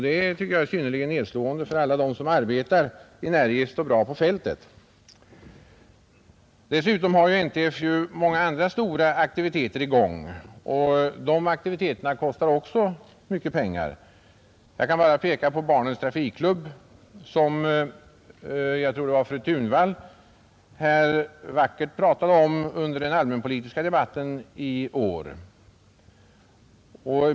Det är synnerligen nedslående för alla dem som arbetar energiskt och bra ute på fältet. Dessutom har NTF många andra stora aktiviteter i gång. De aktiviteterna kostar också mycket pengar. Jag kan bara peka på barnens trafikklubb som, om jag minns rätt, fru Thunvall talade mycket vackert om under den allmänpolitiska debatten i år.